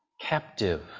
captive